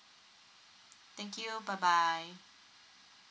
thank you bye bye